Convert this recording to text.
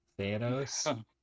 Thanos